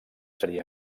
seria